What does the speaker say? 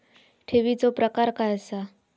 ठेवीचो प्रकार काय असा?